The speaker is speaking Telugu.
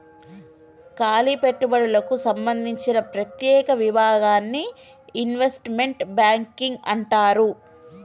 కాలి పెట్టుబడులకు సంబందించిన ప్రత్యేక విభాగాన్ని ఇన్వెస్ట్మెంట్ బ్యాంకింగ్ అంటారు